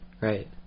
Right